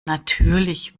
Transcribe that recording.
natürlich